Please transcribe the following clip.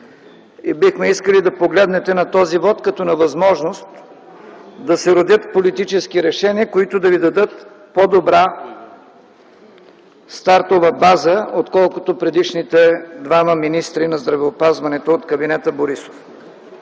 Бихме искали да погледнете на този вот като на възможност да се родят политически решения, които да Ви дадат по-добра стартова база, отколкото предишните двама министри на здравеопазването от кабинета „Борисов”.